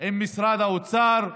עם משרד האוצר.